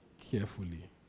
carefully